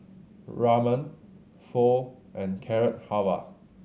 Ramen Pho and Carrot Halwa